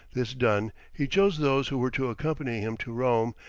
this done, he chose those who were to accompany him to rome,